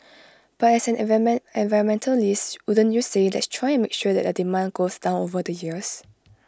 but as environment environmentalist wouldn't you say let's try and make sure that the demand goes down over the years